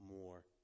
more